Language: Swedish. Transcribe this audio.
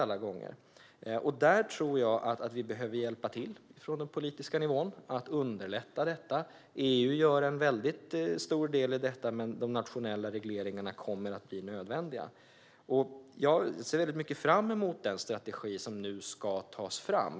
Jag tror att vi från den politiska nivån behöver hjälpa till att underlätta detta. EU gör en väldigt stor del, men de nationella regleringarna kommer att bli nödvändiga. Jag ser väldigt mycket fram emot den strategi som nu ska tas fram.